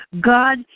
God